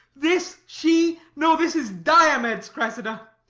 this she? no this is diomed's cressida.